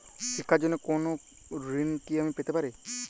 শিক্ষার জন্য কোনো ঋণ কি আমি পেতে পারি?